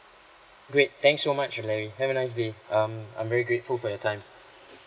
great thanks so much larry have a nice day um I'm very grateful for your time